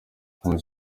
amag